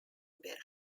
were